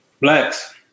Blacks